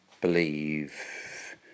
believe